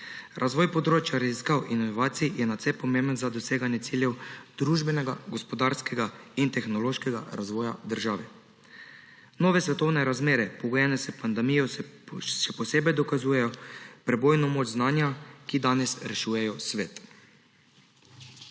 Razvoj področja raziskav in inovacij je nadvse pomemben za doseganje ciljev družbenega, gospodarskega in tehnološkega razvoja države. Nove svetovne razmere, pogojene s pandemijo, še posebej dokazujejo prebojno moč znanja, ki danes rešujejo svet.